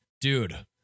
dude